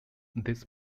this